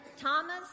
Thomas